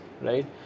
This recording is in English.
right